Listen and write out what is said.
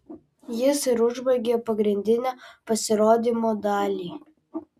jis ir užbaigė pagrindinę pasirodymo dalį